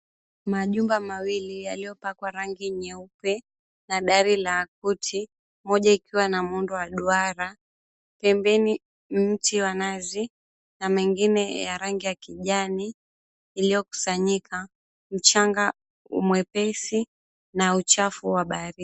Majumba mawili yaliyopakwa rangi nyeupe na dari la kuti moja ikiwa na muundo wa duara, pembeni mti wa nazi na mengine ya rangi ya kijani iliyokusanyika, mchanga mwepesi na uchafu wa baharini.